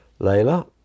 Layla